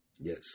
Yes